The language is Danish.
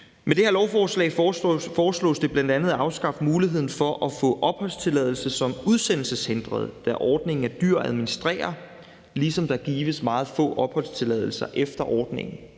Med det her lovforslag foreslås det bl.a. at afskaffe muligheden for at få opholdstilladelse som udsendelseshindret, da ordningen er dyr at administrere, ligesom der gives meget få opholdstilladelser efter ordningen.